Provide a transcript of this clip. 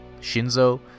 Shinzo